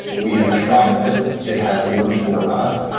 we have tried this. it has worked for us,